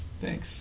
Thanks